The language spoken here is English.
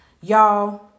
Y'all